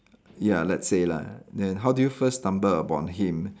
ya let's say lah then how do you first stumble upon him